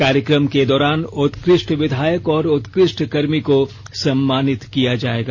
कार्यक्रम के दौरान उत्कष्ट विधायक और उत्कष्ट कर्मी को सम्मानित किया जाएगा